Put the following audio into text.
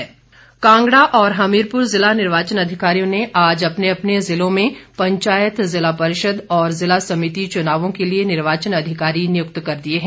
नियुक्तियां कांगड़ा और हमीरपुर जिला निर्वाचन अधिकारियों ने आज अपने अपने जिलों में पंचायत जिला परिषद और जिला समिति चुनावों के लिए निर्वाचन अधिकारी नियुक्त कर दिए हैं